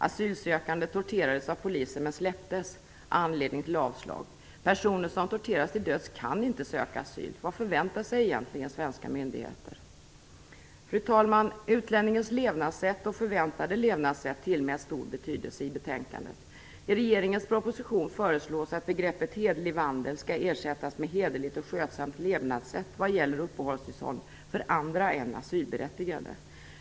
Asylsökande torterades av polisen men släpptes - anledning till avslag. Personer som torteras till döds kan inte söka asyl. Vad förväntar sig egentligen svenska myndigheter? Fru talman! Utlänningens levnadssätt och förväntade levnadssätt tillmäts stor betydelse i betänkandet. "hederlig vandel" skall ersättas med "hederligt och skötsamt levnadssätt" vad gäller uppehållstillstånd för andra än asylberättigade.